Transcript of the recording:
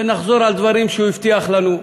ונחזור על דברים שהוא הבטיח לנו,